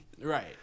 right